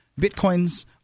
Bitcoins